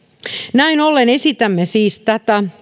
näin ollen esitämme siis tätä